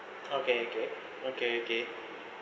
okay okay okay okay